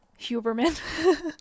huberman